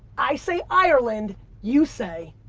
i say ireland you say?